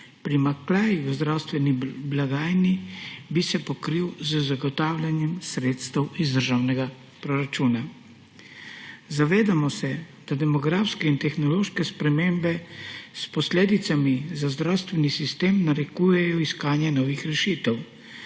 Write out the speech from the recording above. primanjkljaj v zdravstveni blagajni bi se pokril z zagotavljanjem sredstev iz državnega proračuna. Zavedamo se, da demografske in tehnološke spremembe s posledicami za zdravstveni sistem narekujejo iskanje novih rešitev.